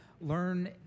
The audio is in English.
learn